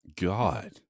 God